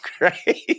right